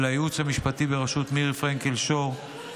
ולייעוץ המשפטי בראשות מירי פרנקל שור,